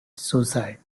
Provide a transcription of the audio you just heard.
suicide